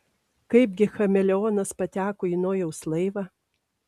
kaipgi chameleonas pateko į nojaus laivą